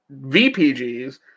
VPGs